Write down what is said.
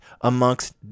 amongst